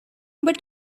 but